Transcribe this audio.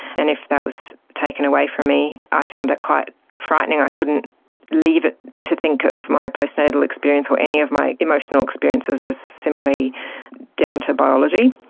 and if that was taken away from me i found that quite frightening. i couldn't leave it to think of my post-natal experience or any of my emotional experiences as simply down to biology.